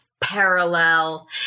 parallel